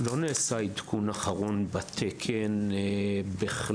לא נעשה עדכון בתקן בכלל.